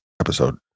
episode